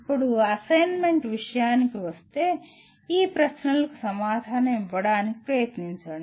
ఇప్పుడు అసైన్మెంట్ విషయానికి వస్తే ఈ ప్రశ్నలకు సమాధానం ఇవ్వడానికి ప్రయత్నించండి